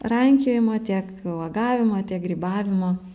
rankiojimo tiek uogavimo tiek grybavimo